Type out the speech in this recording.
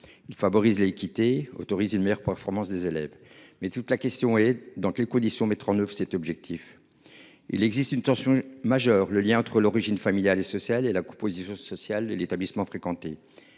il favorise l'équité autorisé le meilleur pour la France des élèves mais toute la question est dans quelle condition mais 39 cet objectif. Il existe une tension majeure, le lien entre l'origine familiale et sociale et la composition sociale de l'établissement fréquenté.